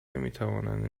نمیتوانند